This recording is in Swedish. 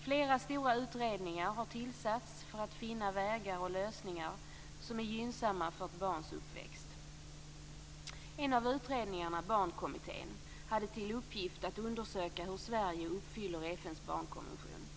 Flera stora utredningar har tillsatts för att finna vägar och lösningar som är gynnsamma för ett barns uppväxt. I en av utredningarna, Barnkommittén, har man haft till uppgift att undersöka hur Sverige uppfyller FN:s barnkonvention.